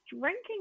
drinking